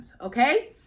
okay